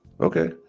Okay